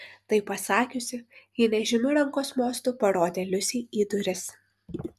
tai pasakiusi ji nežymiu rankos mostu parodė liusei į duris